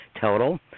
total